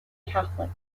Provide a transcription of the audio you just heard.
catholic